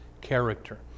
character